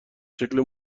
شکلی